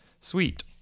Sweet